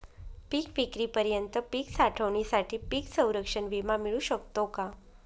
पिकविक्रीपर्यंत पीक साठवणीसाठी पीक संरक्षण विमा मिळू शकतो का?